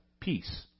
peace